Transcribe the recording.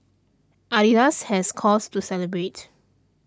Adidas has cause to celebrate